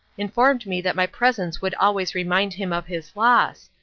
informed me that my presence would always remind him of his loss,